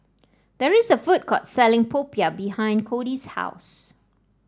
there is a food court selling Popiah behind Codi's house